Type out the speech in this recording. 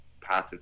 path